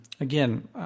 again